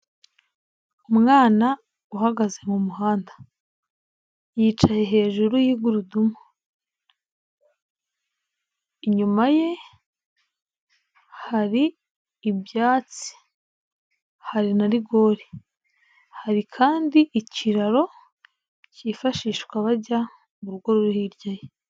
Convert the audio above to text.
Umwana uhagaze mu muhanda hicaye hejuru y'igurudumu, inyuma hari ibyatsi, hari na rigore, hari kandi ikiraro kifashishwa bajya muru rugo ruri hirya ye.